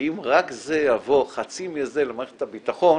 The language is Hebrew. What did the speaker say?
אם רק חצי מזה יבוא למערכת הביטחון